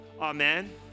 Amen